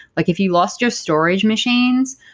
like if you lost your storage machines,